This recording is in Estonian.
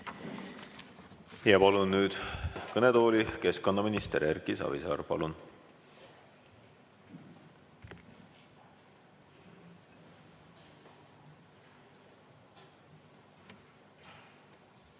Ja palun nüüd kõnetooli keskkonnaminister Erki Savisaare. Palun!